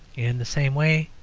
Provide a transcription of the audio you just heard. in the same way,